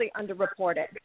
underreported